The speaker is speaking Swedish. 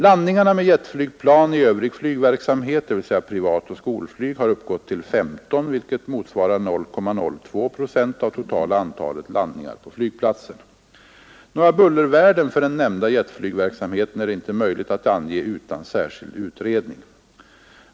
Landningarna med jetflygplan i övrig flygverksamhet, dvs. privatoch skolflyg, har uppgått till 15, vilket motsvarar 0,02 procent av totala antalet landningar på flygplatsen. Några bullervärden för den nämnda jetflygverksamheten är det inte möjligt att ange utan särskild utredning.